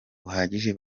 buhagije